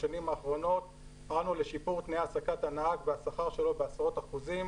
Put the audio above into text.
בשנים האחרונות פעלנו לשיפור תנאי העסקת הנהג והשכר שלו בעשרות אחוזים.